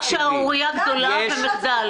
זה רק שערורייה גדולה ומחדל.